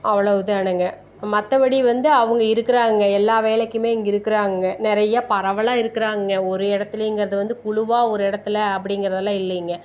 அவ்ளவு தான்ங்க மற்றபடி வந்து அவங்க இருக்கிறாங்க எல்லா வேலைக்குமே இங்கே இருக்கிறாங்க நிறையா பரவலாக இருக்கிறாங்க ஒரு இடத்துலைங்கிறது வந்து குழுவாக ஒரு இடத்துல அப்படிங்கிறதெல்லாம் இல்லைங்க